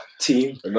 team